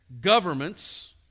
governments